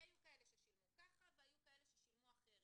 כי היו כאלה ששילמו ככה והיו כאלה ששילמו אחרת.